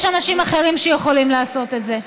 יש אנשים אחרים שיכולים לעשות את זה.